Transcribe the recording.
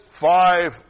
five